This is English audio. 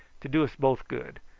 to do us both good,